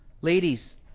Ladies